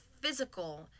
physical